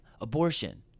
abortion